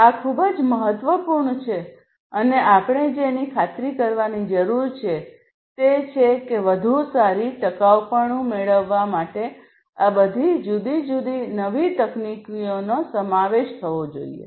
આ ખૂબ જ મહત્વપૂર્ણ છે અને આપણે જેની ખાતરી કરવાની જરૂર છે તે છે કે વધુ સારી ટકાઉપણું મેળવવા માટે આ બધી જુદી જુદી નવી તકનીકીઓનો સમાવેશ થવો જોઈએ